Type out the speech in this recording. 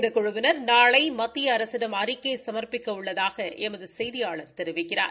இந்த குழுவினா் நாளை மத்திய அரசிடம் அறிக்கை சமா்ப்பிக்க உள்ளதாக எமது செய்தியாளர் தெரிவிக்கிறார்